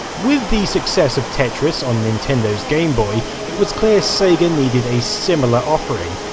with the success of tetris on nintendo's game boy, it was clear sega needed a similar offering.